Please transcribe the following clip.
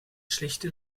schlechte